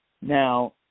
Now